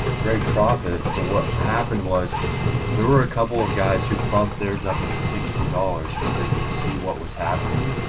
great profit, but what happened was there were a couple of guys who bumped theirs up to sixty dollars cause they could see what was happening,